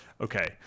Okay